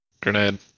grenade